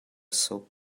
suk